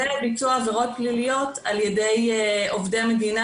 וביצוע עבירות פליליות על ידי עובדי מדינה